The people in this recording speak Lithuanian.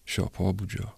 šio pobūdžio